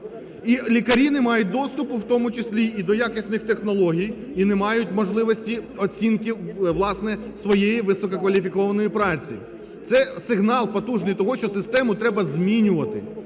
І лікарі не мають доступу, в тому числі і до якісних технологій, і не мають можливості оцінки, власне, своєї висококваліфікованої праці. Це сигнал потужний того, що систему треба змінювати.